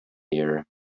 near